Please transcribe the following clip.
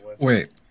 Wait